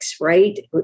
right